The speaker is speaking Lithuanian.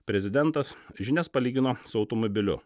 prezidentas žinias palygino su automobiliu